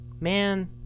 Man